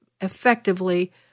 effectively